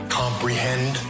comprehend